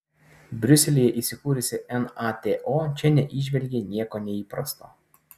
briuselyje įsikūrusi nato čia neįžvelgė nieko neįprasto